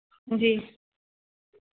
जी